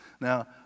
Now